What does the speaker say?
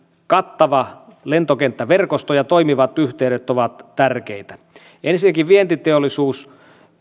kattava lentokenttäverkosto ja toimivat yhteydet ovat tärkeitä ensinnäkin vientiteollisuus